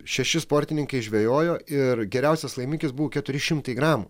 šeši sportininkai žvejojo ir geriausias laimikis buvo keturi šimtai gramų